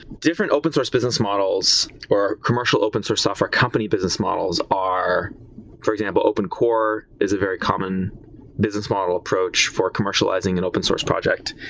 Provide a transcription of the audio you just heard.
different open source business models or commercial open source software company business models are for example, opncore is very common business model approach for commercializing an and open source project.